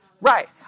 right